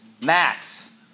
Mass